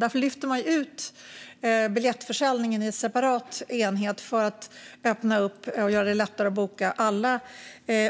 Där lyfte de ut biljettförsäljningen i en separat enhet för att öppna upp och göra det lättare att boka alla